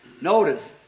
notice